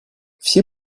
все